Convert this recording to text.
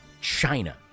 China